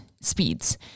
speeds